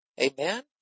Amen